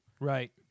Right